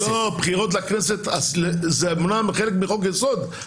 בחירות לכנסת זה אומנם חלק מחוק-יסוד,